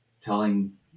telling